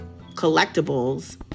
collectibles